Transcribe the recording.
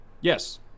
yes